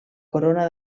corona